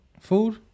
food